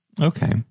Okay